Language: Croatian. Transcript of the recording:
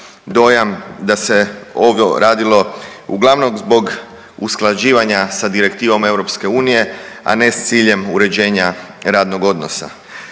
dojam da se ovo radilo uglavnom zbog usklađivanja sa direktivom EU, a ne s ciljem uređenja radnog odnosa.